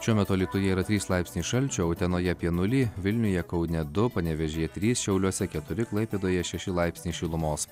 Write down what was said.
šiuo metu alytuje yra trys laipsniai šalčio utenoje apie nulį vilniuje kaune du panevėžyje trys šiauliuose keturi klaipėdoje šeši laipsniai šilumos